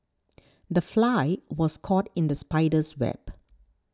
the fly was caught in the spider's web